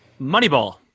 Moneyball